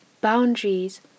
Boundaries